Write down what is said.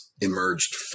emerged